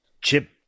chip